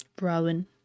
rowan